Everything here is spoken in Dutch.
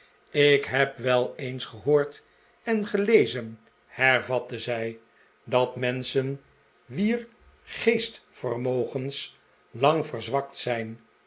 ik heb wel eens gehoord en gelezen hervatte zij dat menschen wier geestvermogens lang verzwakt zijn